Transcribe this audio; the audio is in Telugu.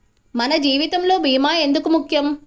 మన జీవితములో భీమా ఎందుకు ముఖ్యం?